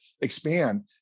expand